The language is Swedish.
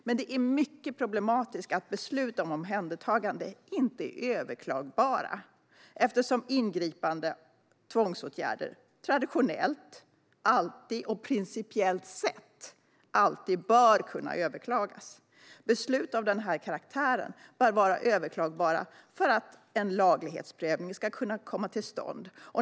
Men det är mycket problematiskt att beslut om omhändertagande inte är överklagbara, eftersom ingripande tvångsåtgärder traditionellt sett alltid kan och principiellt sett bör kunna överklagas. Beslut av den här karaktären bör vara överklagbara för att en laglighetsprövning ska kunna komma till stånd.